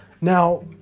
now